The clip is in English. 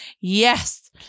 yes